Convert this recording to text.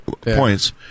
points